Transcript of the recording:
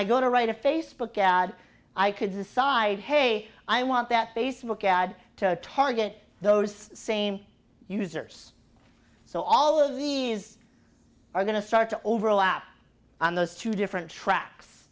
i go to write a facebook add i could decide hey i want that facebook ad to target those same users so all of these are going to start to overlap on those two different tracks